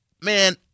man